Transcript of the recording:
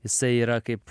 jisai yra kaip